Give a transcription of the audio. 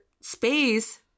space